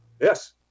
Yes